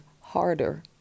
harder